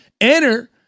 Enter